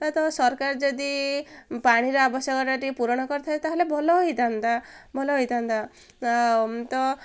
ତ ସରକାର ଯଦି ପାଣିର ଆବଶ୍ୟକଟା ଟିକେ ପୂରଣ କରିଥାଏ ତା'ହେଲେ ଭଲ ହୋଇଥାନ୍ତା ଭଲ ହୋଇଥାନ୍ତା